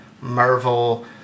marvel